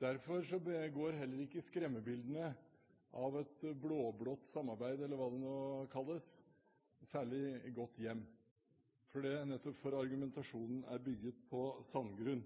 Derfor går heller ikke skremmebildene av et blå-blått samarbeid, eller hva det nå kalles, særlig godt hjem – nettopp fordi argumentasjonen er bygget på sandgrunn.